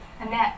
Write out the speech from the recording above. Annette